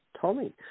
Tommy